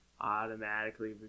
automatically